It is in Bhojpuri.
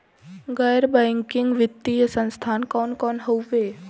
गैर बैकिंग वित्तीय संस्थान कौन कौन हउवे?